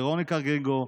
ורוניקה גירנקו,